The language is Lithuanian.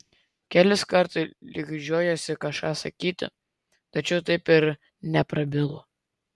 keliskart lyg žiojosi kažką sakyti tačiau taip ir neprabilo